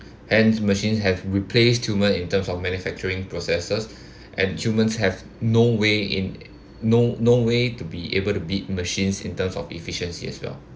hence machine have replaced human in terms of manufacturing processes and humans have no way in no no way to be able to beat machines in terms of efficiency as well